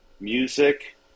Music